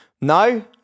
No